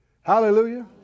hallelujah